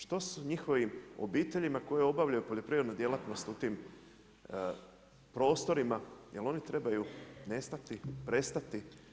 Što njihovim obiteljima koje obavljaju poljoprivrednu djelatnost u tim prostorima, jel' oni trebaju nestati, prestati?